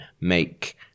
make